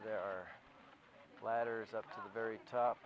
there are ladders up to the very top